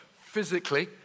physically